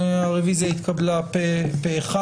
הצבעה בעד, פה אחד